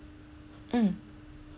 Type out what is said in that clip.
mm